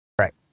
Right